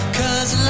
cause